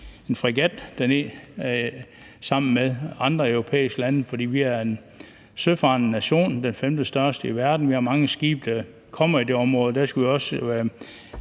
en fregat derned sammen med andre europæiske lande, fordi vi er en søfarende nation – den femtestørste i verden – og vi har mange skibe, der kommer i det område.